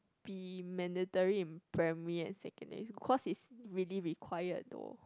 be mandatory in primary and secondary school cause is really required though